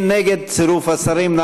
מי נגד צירוף השרים?